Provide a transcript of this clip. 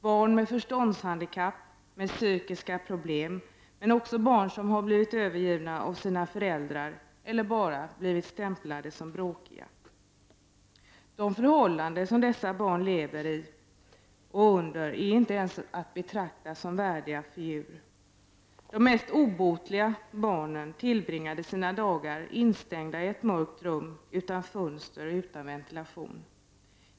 Barn med förståndshandikapp, med psykiska problem men också barn som blivit övergivna av sina föräldrar eller bara blivit stämplade som bråkiga bodde på detta barnhem. De förhållanden som dessa barn lever under är inte att betrakta som värdiga ens för djur. De mest ”obotliga” barnen tillbringade sina dagar instängda i ett mörkt rum utan fönster och utan ventilation.